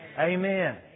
Amen